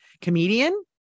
comedian